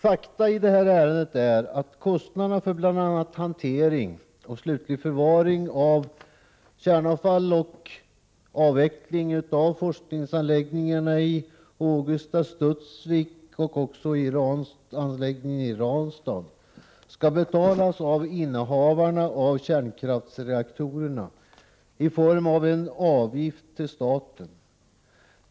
Fakta i det här ärendet är att kostnaderna för bl.a. hantering och slutlig förvaring av kärnkraftsavfall och avveckling av forskningsanläggningarna i Ågesta och Studsvik jämte anläggningen i Ranstad skall betalas av kärnkraftsproducenterna i form av en avgift till staten.